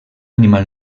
animal